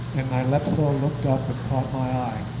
and nyleptha looked up and caught my eye